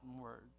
word